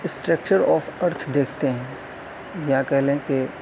structure of earth دیکھتے ہیں یا کہہ لیں کہ